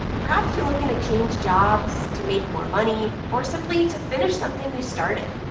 perhaps you're looking to change jobs, to make more money or simply to finish something you started.